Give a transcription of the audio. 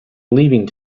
leaving